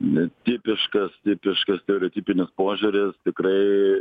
netipiškas tipiškas stereotipinis požiūris tikrai